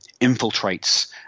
infiltrates